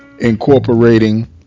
incorporating